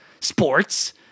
Sports